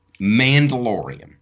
Mandalorian